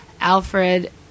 Alfred